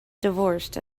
divorced